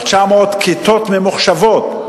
על 900 כיתות ממוחשבות,